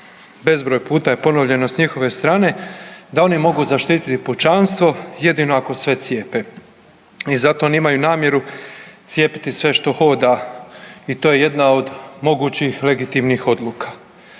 bezbroj puta je ponovljeno s njihove strane da oni mogu zaštiti pučanstvo jedino ako sve cijepe i zato oni imaju namjeru cijepiti sve što hoda i to je jedna od mogućih legitimnih odluka,